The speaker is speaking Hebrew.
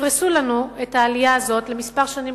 תפרסו לנו את העלייה הזו לכמה שנים,